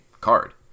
card